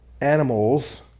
animals